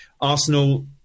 Arsenal